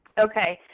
ok.